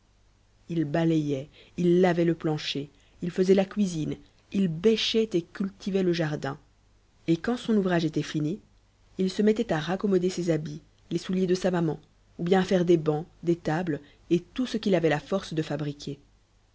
il balayait il lavait le plancher il faisait la cuisine il bêchait et cultivait le jardin et quand son ouvrage était fini il se mettait à raccommoder ses habits les souliers de sa maman ou bien à faire des bancs des tables et tout ce qu'il avait la force de fabriquer